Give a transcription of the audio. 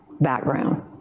background